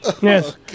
Yes